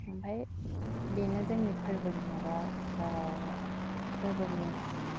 ओमफाय बेनो जोंनि फोरबोनि माबा फोरबोनि